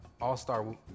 all-star